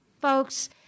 Folks